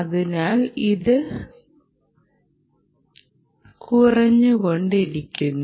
അതിനാൽ ഇത് കുറഞ്ഞ് കൊണ്ടിരിക്കുന്നു